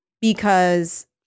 because-